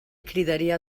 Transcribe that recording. cridaria